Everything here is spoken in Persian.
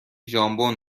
ژامبون